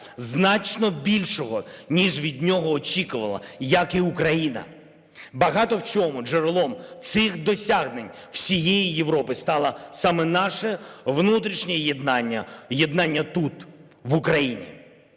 значно більшого, ніж від нього очікували, як і Україна. Багато в чому джерелом цих досягнень всієї Європи стало саме наше внутрішнє єднання, єднання тут, в Україні,